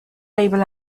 label